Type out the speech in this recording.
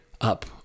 up